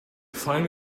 find